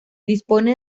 dispone